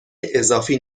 اضافی